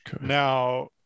Now